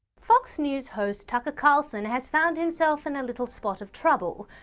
fox news host tucker carlson has found himself in a little spot of trouble.